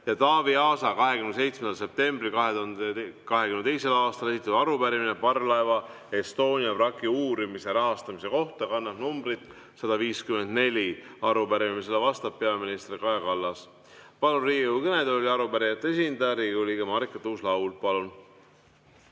ja Taavi Aasa 27. septembril 2022. aastal esitatud arupärimine parvlaeva Estonia vraki uurimise rahastamise kohta. See kannab numbrit 154. Arupärimisele vastab peaminister Kaja Kallas. Palun Riigikogu kõnetooli arupärijate esindaja, Riigikogu liikme Marika Tuus-Lauli. Palun!